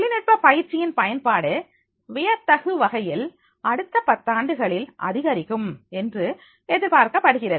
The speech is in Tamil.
தொழில்நுட்ப பயிற்சியின் பயன்பாடு வியத்தகு வகையில் அடுத்த பத்தாண்டுகளில் அதிகரிக்கும் என்று எதிர்பார்க்கப்படுகிறது